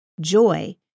Joy